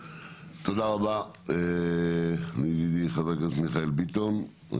טוב, תודה רבה ידידי חבר הכנסת מיכאל ביטון.